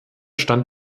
stand